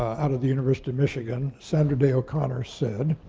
out of the university of michigan, sandra day o'connor said,